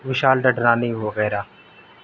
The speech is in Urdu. وشال ددلانی وغیرہ